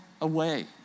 away